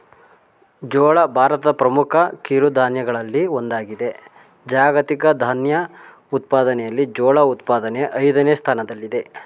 ಜೋಳ ಭಾರತದ ಪ್ರಮುಖ ಕಿರುಧಾನ್ಯಗಳಲ್ಲಿ ಒಂದಾಗಿದೆ ಜಾಗತಿಕ ಧಾನ್ಯ ಉತ್ಪಾದನೆಯಲ್ಲಿ ಜೋಳ ಉತ್ಪಾದನೆ ಐದನೇ ಸ್ಥಾನದಲ್ಲಿದೆ